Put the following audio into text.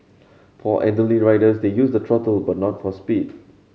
for elderly riders to use the throttle but not for speed